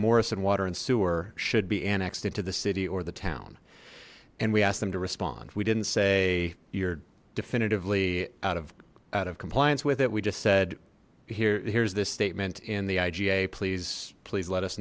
morris and water and sewer should be annexed into the city or the town and we asked them to respond we didn't say you're definitively out of out of compliance with it we just said here here's this statement in the iga please please let us